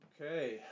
Okay